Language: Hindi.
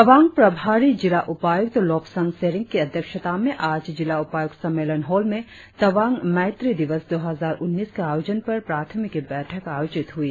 तवांग प्रभारी जिला उपायुक्त लोबसांग सेरिंग की अध्यक्षता में आज जिला उपायुक्त सम्मेलन हॉल में तवांग मैत्री दिवस दो हजार उन्नीस के आयोजन पर प्राथमिकी बैठक आयोजित हुई